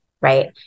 right